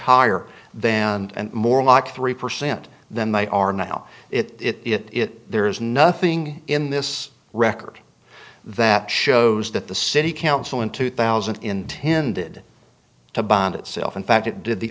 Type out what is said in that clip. higher then and more like three percent than they are now it there is nothing in this record that shows that the city council in two thousand intended to bond itself in fact it did the